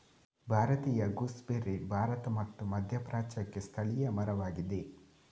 ಭಾರತೀಯ ಗೂಸ್ಬೆರ್ರಿ ಭಾರತ ಮತ್ತು ಮಧ್ಯಪ್ರಾಚ್ಯಕ್ಕೆ ಸ್ಥಳೀಯ ಮರವಾಗಿದೆ